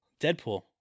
Deadpool